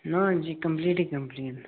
ना जी कंपलीट ही कंपलीट न